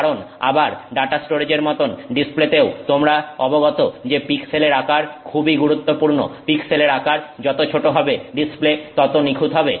কারণ আবার ডাটা স্টোরেজের মতন ডিসপ্লেতেও তোমরা অবগত যে পিক্সেলের আকার খুবই গুরুত্বপূর্ণ পিক্সেলের আকার যত ছোট হবে ডিসপ্লে তত নিখুত হবে